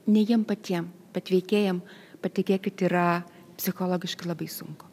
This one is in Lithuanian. ne jiem patiem bet veikėjam patikėkit yra psichologiškai labai sunku